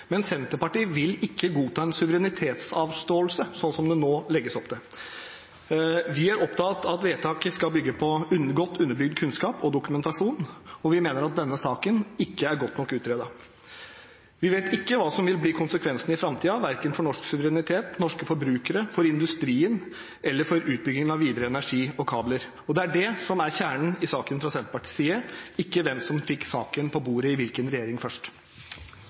Men Senterpartiet vil ikke godta en suverenitetsavståelse, slik som det nå legges opp til. Vi er opptatt av at vedtaket skal bygge på godt underbygd kunnskap og dokumentasjon, og vi mener at denne saken ikke er godt nok utredet. Vi vet ikke hva som vil bli konsekvensen i framtiden, verken for norsk suverenitet, for norske forbrukere, for industrien eller for utbyggingen videre av energi og kabler. Det er det som er kjernen i saken fra Senterpartiets side, ikke hvem som fikk saken på bordet først, og i hvilken regjering.